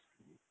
mm